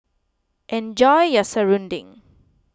enjoy your Serunding